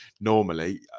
normally